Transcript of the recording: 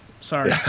Sorry